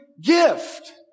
gift